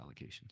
allocations